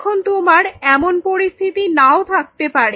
এখন তোমার এমন পরিস্থিতি নাও থাকতে পারে